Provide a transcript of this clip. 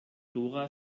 dora